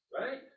right